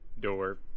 door